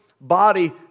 body